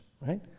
right